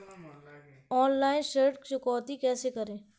Online ऋण चुकौती कैसे करें?